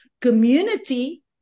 community